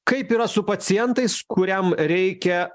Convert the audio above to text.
kaip yra su pacientais kuriam reikia